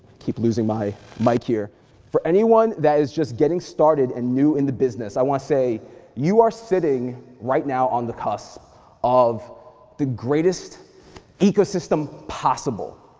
keep losing my mic here. for anyone that is just getting started and new in the business, i wanna say you are sitting right now on the cusp of the greatest ecosystem possible.